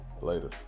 Later